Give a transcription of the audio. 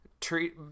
treat